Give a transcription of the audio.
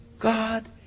God